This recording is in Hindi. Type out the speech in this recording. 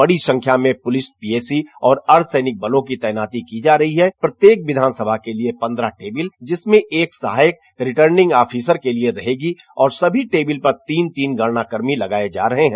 बड़ी संख्या में पुलिस पीएसी और अर्द्वसैनिक बालों की तैनाती की जा रही है प्रत्येक विधानसभा के लिए पंद्रह टेबिल जिसमें एक सहायक रिटर्निंग आफिसर के लिए रहेगी और सभी टेबिल पर तीन तीन गणना कर्मी लगाए जा रहे हैं